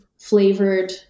flavored